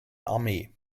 armee